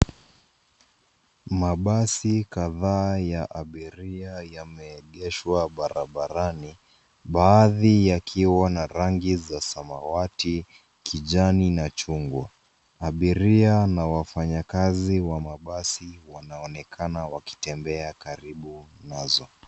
Mabasi kadhaa ya abiria yameegeshwa barabarani, baadhi yakiwa na rangi za samawati, kijani na chungwa. Abiria na wafanyakazi wa mabasi wanaonekana wakitembea karibu nazo.